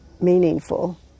meaningful